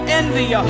envy